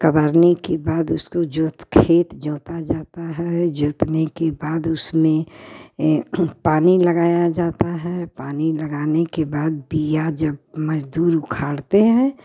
कबारने के बाद उसको जोत खेत जोता जाता है जोतने के बाद उसमें ए पानी लगाया जाता है पानी लगाने के बाद बीया जब मजदूर उखाड़ते हैं